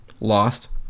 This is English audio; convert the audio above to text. lost